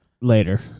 later